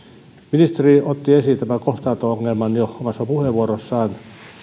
ministeri otti jo esiin tämän kohtaanto ongelman omassa puheenvuorossaan